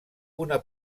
una